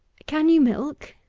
can you milk?